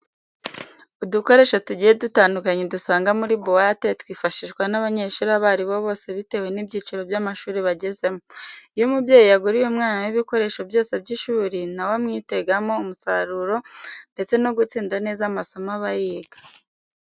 Udukoresho tugiye dutandukanye dusanga muri buwate twifashishwa n'abanyeshuri abo ari bo bose bitewe n'ibyiciro by'amashuri bagezemo. Iyo umubyeyi yaguriye umwana we ibikoresho byose by'ishuri na we amwitegamo umusaruro ndetse no gutsinda neza amasomo aba yiga.